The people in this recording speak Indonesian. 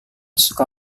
suka